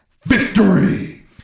Victory